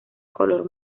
color